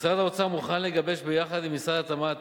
משרד האוצר מוכן לגבש יחד עם משרד התמ"ת,